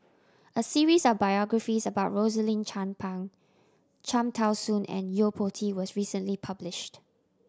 a series of biographies about Rosaline Chan Pang Cham Tao Soon and Yo Po Tee was recently published